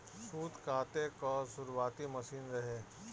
सूत काते कअ शुरुआती मशीन रहे